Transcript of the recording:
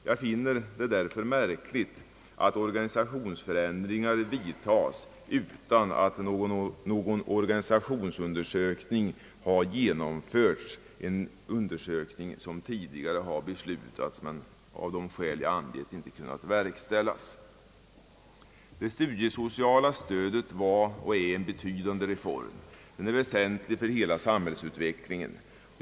Jag finner det därför märkligt att organisationsförändringar vidtages utan att någon organisationsundersökning har ge nomförts, en undersökning som tidigare har beslutats men av de skäl som jag har angivit inte har kunnat verkställas. Det studiesociala stödet har varit och är en betydande reform, väsentlig för hela samhällsutvecklingen.